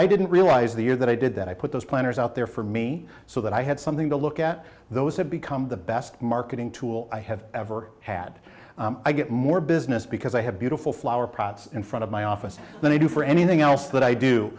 i didn't realize the year that i did that i put those planners out there for me so that i had something to look at those have become the best marketing tool i have ever had i get more business because i have beautiful flower pots in front of my office than i do for anything else that i do